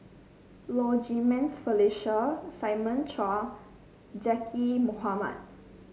Low Jimenez Felicia Simon Chua Zaqy Mohamad